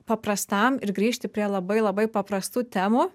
paprastam ir grįžti prie labai labai paprastų temų